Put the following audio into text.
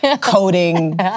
coding